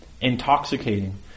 intoxicating